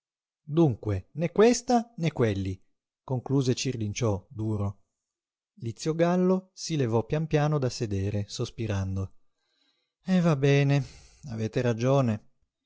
dunque né questa né quelli concluse cirlinciò duro lizio gallo si levò pian piano da sedere sospirando e va bene avete ragione